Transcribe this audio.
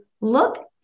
look